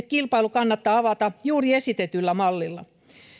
kilpailu kannattaa avata juuri esitetyllä mallilla